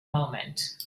moment